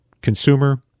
consumer